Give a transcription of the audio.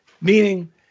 meaning